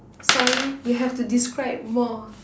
sorry you have to describe more